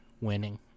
winning